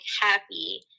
happy